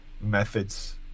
methods